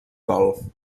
gol